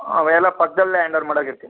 ಅವೆಲ್ಲ ಪಕ್ದಲ್ಲೆ hand over ಮಾಡೋಗಿರ್ತೀನಿ